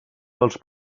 dels